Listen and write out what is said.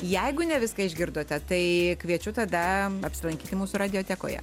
jeigu ne viską išgirdote tai kviečiu tada apsilankyti mūsų radiotekoje